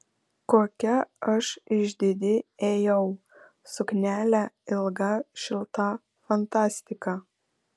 kokia aš išdidi ėjau suknelė ilga šilta fantastika